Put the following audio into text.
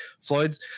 Floyd's